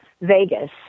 Vegas